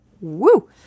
Woo